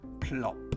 plop